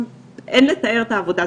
אין לתאר את העבודה.